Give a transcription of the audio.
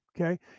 Okay